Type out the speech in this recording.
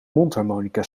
mondharmonica